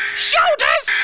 shoulders